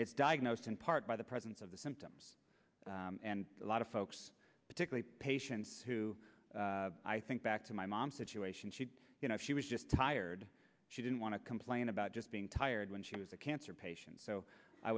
it's diagnosed in part by the presence of the symptoms and a lot of folks particularly patients who i think back to my mom's situation she you know she was just tired she didn't want to complain about just being tired when she was a cancer patient so i